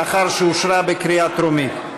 לאחר שאושרה בקריאה טרומית.